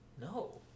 No